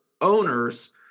owners